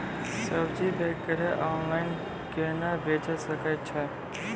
सब्जी वगैरह ऑनलाइन केना बेचे सकय छियै?